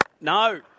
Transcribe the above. no